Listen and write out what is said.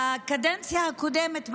בקדנציה הקודמת,